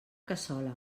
cassola